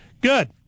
Good